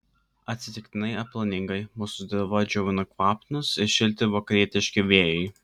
atsitiktinai ar planingai mūsų dirvą džiovina kvapnūs ir šilti vakarietiški vėjai